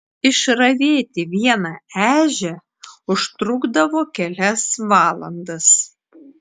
išravėti vieną ežią užtrukdavo kelias valandas